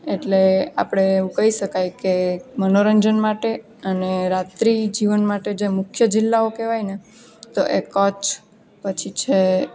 એટલે આપણે એવું કહી શકાય કે મનોરંજન માટે અને રાત્રિ જીવન માટે જે મુખ્ય જિલ્લાઓ કહેવાય ને તો એ કચ્છ પછી છે